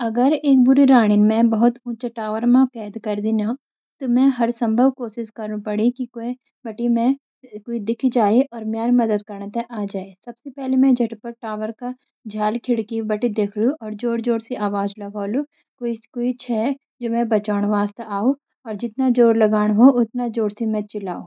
अगर एक बुरी राणी म्यर बहुत ऊँच टावर मं कैद कर दीनु, त मुझ हर संभव कोशिश करनु पड़ी कि कोई बंटै स मुझ दिखी जाए अर म्यर मदद करण आ जाए. सबसे पहले, म झटपट टावर का झ्याल (खिड़की) बट देखूंला अर जोर-जोर स आवाज लगाऊंला, “कोई च यो! बंचाण वास्ते!” अर जितना जोर लगणा हो, उतना चिल्लाऊंला ।